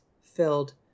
filled